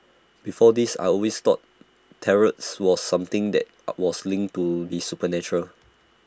before this I always thought Tarots was something that was linked to the supernatural